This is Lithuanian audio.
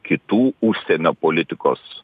kitų užsienio politikos